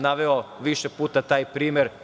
Naveo sam više puta taj primer.